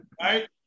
right